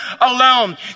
alone